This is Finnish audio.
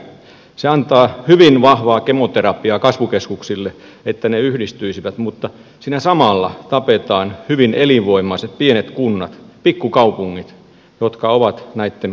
se antaa hyvin vahvaa kemoterapiaa kasvukeskuksille että ne yhdistyisivät mutta siinä samalla tapetaan hyvin elinvoimaiset pienet kunnat pikkukaupungit jotka ovat näitten kasvukeskusten reuna alueilla